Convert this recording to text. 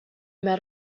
met